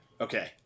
Okay